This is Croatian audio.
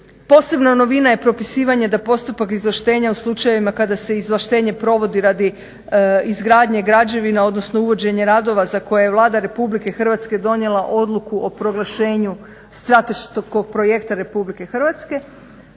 Posebna novina je propisivanje da postupak izvlaštenja u slučajevima kada se izvlaštenje provodi radi izgradnje građevina odnosno uvođenje radova za koje je Vlada RH donijela odluku o proglašenju strateškog projekta RH, da takve